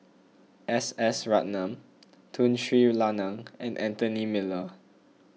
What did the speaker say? S S Ratnam Tun Sri Lanang and Anthony Miller